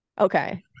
okay